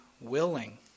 willing